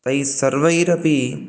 तैस्सर्वैरपि